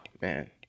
man